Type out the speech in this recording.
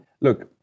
look